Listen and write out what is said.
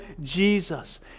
Jesus